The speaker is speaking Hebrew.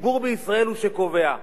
הציבור בישראל הוא שקובע,